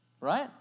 Right